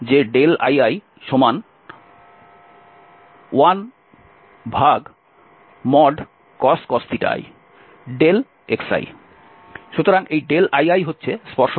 সুতরাং এই li হচ্ছে স্পর্শক বরাবর